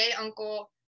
uncle